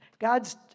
God's